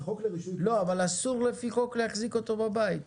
אבל אסור לפי חוק להחזיק אותו בבית.